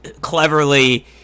cleverly